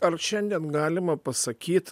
ar šiandien galima pasakyt